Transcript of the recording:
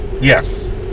Yes